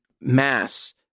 mass